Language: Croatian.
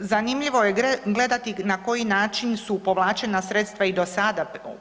Zanimljivo je gledati na koji način su povlačena sredstva i do sada.